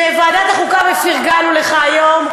בוועדת החוקה, ופרגנו לך היום,